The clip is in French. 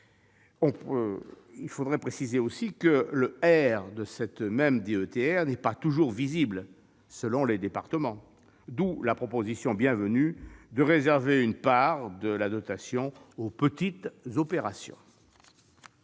moins riches. De même, le « R » de cette même DETR n'est pas toujours visible dans tous les départements, d'où la proposition, bienvenue, de réserver une part de la dotation aux petites opérations.